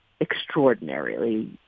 extraordinarily